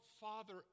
Father